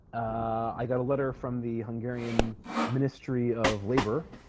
i got a letter from the hungarian ministry of labour